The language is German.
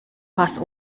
fass